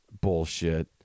bullshit